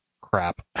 crap